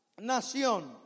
nación